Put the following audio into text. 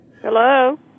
Hello